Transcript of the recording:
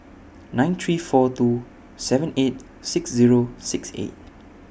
nine three four two seven eight six Zero six eight